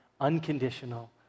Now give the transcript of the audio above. unconditional